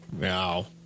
Wow